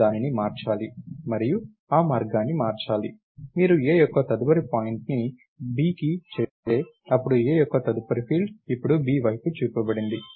మనము దానిని మార్చాలి మరియు ఆ మార్గాన్ని మార్చాలి మీరు A యొక్క తదుపరి పాయింట్ని B కి చేస్తే అప్పుడు A యొక్క తదుపరి ఫీల్డ్ ఇప్పుడు B వైపు చూపబడింది